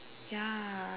ya